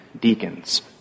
deacons